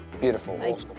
Beautiful